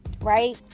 right